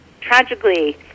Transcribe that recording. tragically